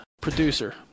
producer